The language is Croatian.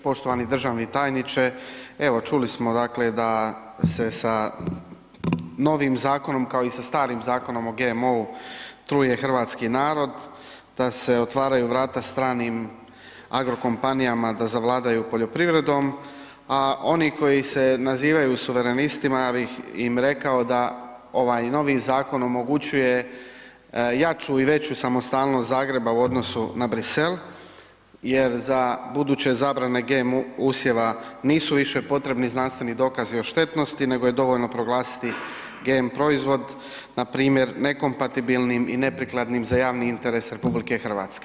Poštovani državni tajniče, evo čuli smo dakle da se s novim zakonom, kao i sa starim zakonom o GMO-u truje hrvatski narod, da se otvaraju vrata stranim agrokompanijama da zavladaju poljoprivredom, a oni koji se nazivaju suverenistima, ja bih im rekao da ovaj novi zakon omogućuje jaču i veću samostalnost Zagreba u odnosu na Bruxelles jer za buduće zabrane GMO usjeva nisu više potrebni znanstveni dokazi o štetnosti nego je dovoljno proglasiti GMO proizvod, npr. nekompatibilnim i neprikladnim za javni interes RH.